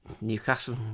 Newcastle